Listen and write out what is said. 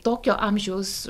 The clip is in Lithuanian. tokio amžiaus